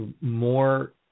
more